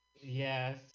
Yes